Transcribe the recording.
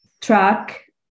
track